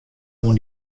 oan